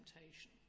temptation